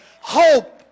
hope